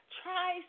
try